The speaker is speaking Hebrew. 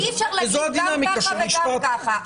אי-אפשר להגיד גם ככה וגם ככה.